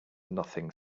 nothing